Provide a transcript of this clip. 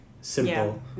simple